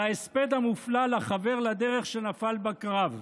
ההספד המופלא לחבר לדרך שנפל בקרב,